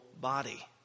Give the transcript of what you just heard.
body